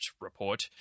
report